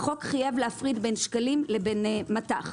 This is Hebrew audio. החוק חייב להפריד בין שקלים לבין מט"ח.